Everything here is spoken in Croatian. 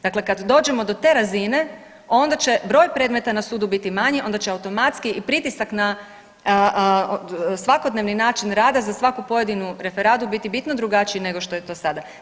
Dakle, kad dođemo do te razine onda će broj predmeta na sudu biti manji, onda će automatski i pritisak na svakodnevni način rada za svaku pojedinu referadu biti bitno drugačiji nego što je to sada.